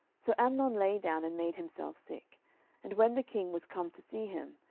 so amnon lay down, and made himself sick and when the king was come to see him,